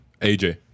AJ